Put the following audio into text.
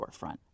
storefront